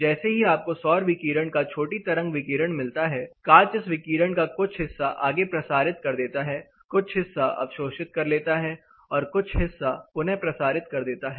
जैसे ही आपको सौर विकिरण का छोटी तरंग विकिरण मिलता है कांच इस विकिरण का कुछ हिस्सा आगे प्रसारित कर देता है कुछ हिस्सा अवशोषित कर लेता है और कुछ हिस्सा पुनः प्रसारित कर देता है